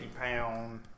pound